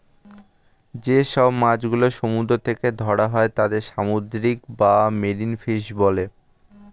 যে সব মাছ গুলো সমুদ্র থেকে ধরা হয় তাদের সামুদ্রিক বা মেরিন ফিশ বলে